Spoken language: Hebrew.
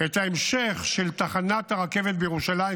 את ההמשך של תחנת הרכבת בירושלים,